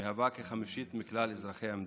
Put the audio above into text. המהווה כחמישית מכלל אזרחי המדינה.